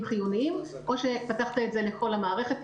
חיוניים או שפתחת את זה לכל המערכת?